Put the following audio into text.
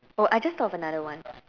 oh I just thought of another one